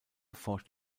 forscht